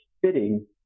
fitting